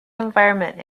environment